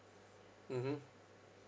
mmhmm